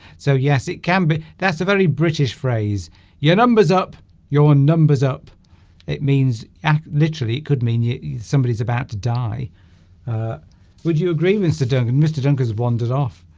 so yes it can be that's a very british phrase your numbers up your numbers up it means act literally could mean somebody's about to die would you agree mr. duncan mr. duncan wanders off.